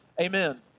Amen